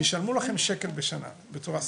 שישלמו לכם שקל בשנה בצורה סמלית.